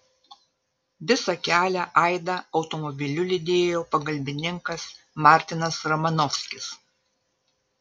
visą kelią aidą automobiliu lydėjo pagalbininkas martinas romanovskis